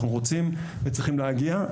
אנחנו רוצים וצריכים להגיע,